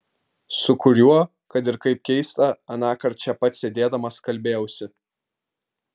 su kuriuo kad ir kaip keista anąkart čia pat sėdėdamas kalbėjausi